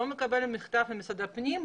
לא מקבל מכתב ממשרד הפנים,